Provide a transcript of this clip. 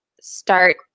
start